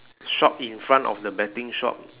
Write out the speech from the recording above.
shop in front of the betting shop